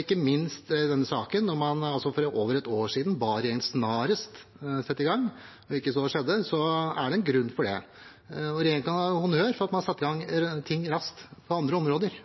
ikke minst denne saken da man for over et år siden ba regjeringen sette i gang snarest. Da det ikke skjedde, er det en grunn for det. Regjeringen skal ha honnør for at man har satt i gang ting raskt på andre områder,